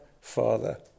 Father